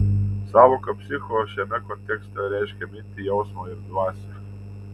sąvoka psicho šiame kontekste reiškia mintį jausmą ir dvasią